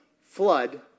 flood